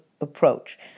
approach